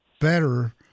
better